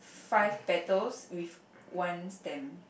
five petals with one stem